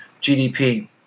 GDP